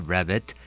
Rabbit